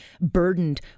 burdened